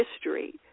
history